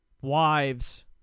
wives